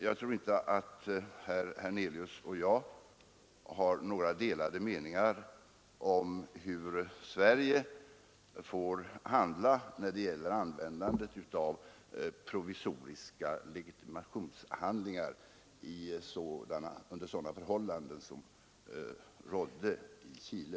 Jag tror inte att herr Hernelius och jag har några delade meningar om hur Sverige får handla när det gäller användandet av provisoriska legitimationshandlingar under sådana förhållanden som rådde i Chile.